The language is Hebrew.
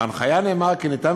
בהנחיה נאמר כי מותר,